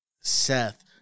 Seth